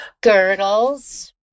girdles